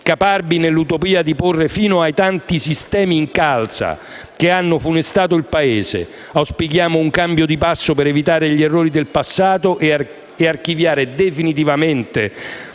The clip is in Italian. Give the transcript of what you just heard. caparbi nell'utopia di porre fine ai tanti sistemi Incalza che hanno funestato il Paese. Auspichiamo un cambio di passo per evitare gli errori del passato e archiviare definitivamente